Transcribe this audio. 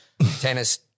tennis